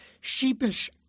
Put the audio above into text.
sheepish